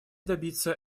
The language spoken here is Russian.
добиться